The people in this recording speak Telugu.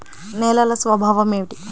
నేలల స్వభావం ఏమిటీ?